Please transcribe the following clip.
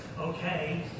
Okay